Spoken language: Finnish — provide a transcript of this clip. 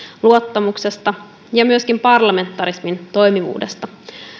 luottamuksesta ja myöskin parlamentarismin toimivuudesta